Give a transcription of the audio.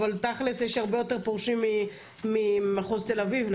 אבל תכלס יש הרבה יותר פורשים ממחוז תל אביב,